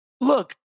Look